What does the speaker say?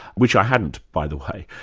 which i hadn't, by the way,